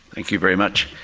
thank you very much.